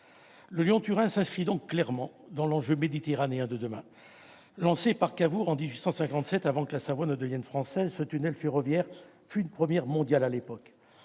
Lyon-Turin s'inscrit donc clairement dans l'enjeu méditerranéen de demain. Lancée par Cavour en 1857, avant que la Savoie ne devienne française, la construction de ce tunnel ferroviaire fut une première mondiale.